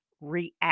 react